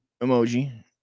emoji